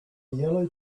yellow